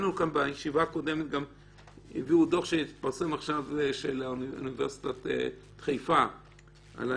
בישיבה הקודמת הביאו דוח מאוניברסיטת חיפה שהתפרסם עכשיו.